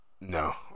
No